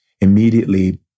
Immediately